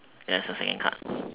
there's a second card